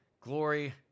Glory